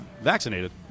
vaccinated